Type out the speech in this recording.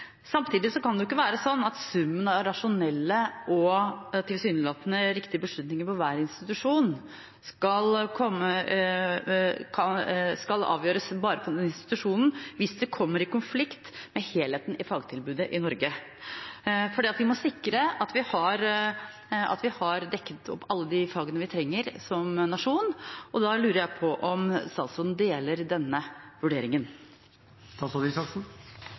kan det ikke være sånn at summen av rasjonelle og tilsynelatende riktige beslutninger ved hver institusjon skal avgjøres bare ved institusjonen hvis det kommer i konflikt med helheten i fagtilbudet i Norge. Vi må sikre at vi har dekket opp alle de fagene vi trenger som nasjon. Da lurer jeg på om statsråden deler denne